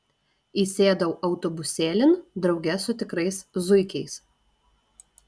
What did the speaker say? įsėdau autobusėlin drauge su tikrais zuikiais